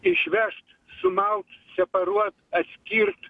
išvežt sumaut separuot atskirt